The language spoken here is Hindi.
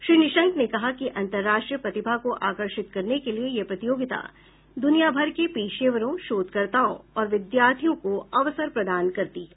श्री निशंक ने कहा कि अंतर्राष्ट्रीय प्रतिभा को आकर्षित करने के लिए यह प्रतियोगिता दुनिया भर के पेशेवरों शोधकर्ताओ और विद्यार्थियों को अवसर प्रदान करती है